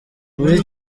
muri